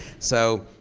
so,